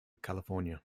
california